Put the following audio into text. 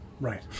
Right